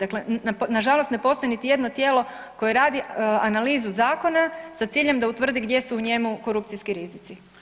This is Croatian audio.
Dakle, nažalost ne postoji niti jedno tijelo koje radi analizu zakona sa ciljem da utvrdi gdje su u njemu korupcijski rizici.